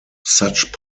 such